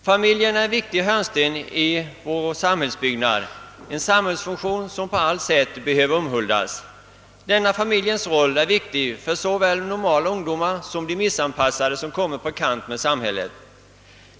Familjen är en viktig hörnsten i vår samhällsbyggnad, en samhällsfunktion som på allt sätt behöver omhuldas. Denna familjens roll är viktig för såväl normala ungdomar som de missanpassade som kommit på kant med samhället.